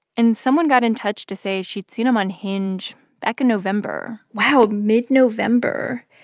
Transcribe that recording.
and someone got in touch to say she's seen him on hinge back in november wow, ah mid-november.